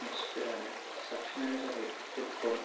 मेत्सफोरानो साबसिनानो जाबाय फुटबल